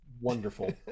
Wonderful